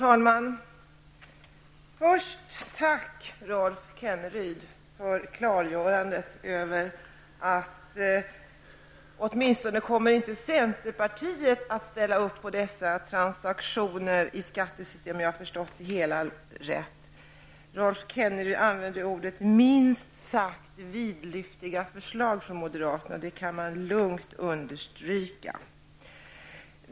Herr talman! Tack, Rolf Kenneryd, för klargörandet att centern åtminstone inte kommer att ställa upp på dessa transaktioner i skattesystemet, om jag har förstått det hela rätt. Rolf Kenneryd använde ju orden ''minst sagt vidlyftiga förslag från moderaterna''. Det kan man lugnt understryka.